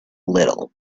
little